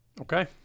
okay